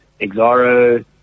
Exaro